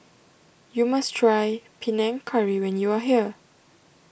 you must try Panang Curry when you are here